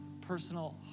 personal